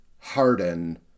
Harden